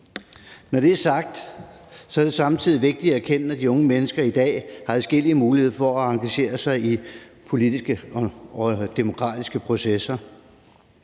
Når det er sagt, er det samtidig vigtigt at erkende, at unge mennesker i dag har adskillige muligheder for at engagere sig i politiske og demokratiske processer.